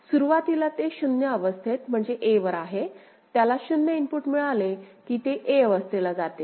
सुरुवातीला ते 0 अवस्थेत म्हणजे a वर आहे त्याला 0 इनपुट मिळाले की ते a अवस्थेला जाते